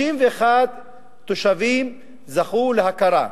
51 תושבים זכו להכרה.